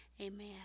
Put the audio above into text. amen